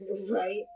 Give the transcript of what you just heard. Right